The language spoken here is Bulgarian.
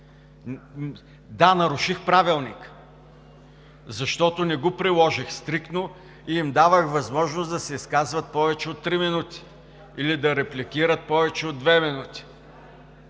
Да, наруших Правилника, защото не го приложих стриктно и им давах възможност да се изказват повече от три минути или да репликират повече от две минути.